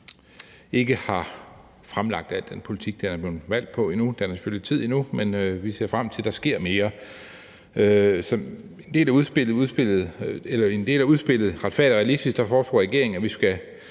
ikke har fremlagt al den politik, den er blevet valgt på. Der er selvfølgelig tid endnu, men vi ser frem til, at der sker mere. Som en del af udspillet »Retfærdig og realistisk – en udlændingepolitik, der samler Danmark« foreslår regeringen, at vi skal